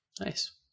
nice